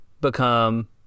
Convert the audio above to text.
become